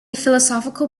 philosophical